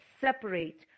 separate